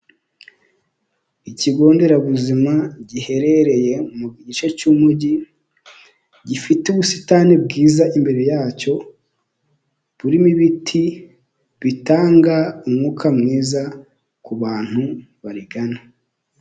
Ikigo nderabuzima giherereye mu gice cy'umujyi, gifite ubusitani bwiza imbere yacyo, buririmo ibiti bitanga umwuka mwiza, kubantu barigana.